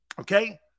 Okay